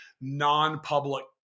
non-public